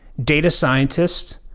data scientists,